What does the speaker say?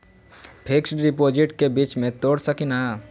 Fix डिपोजिटबा के बीच में तोड़ सकी ना?